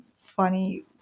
funny